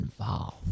involved